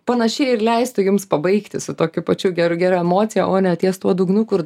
panašiai ir leistų jums pabaigti su tokiu pačiu geru gera emocija o ne ties tuo dugnu kur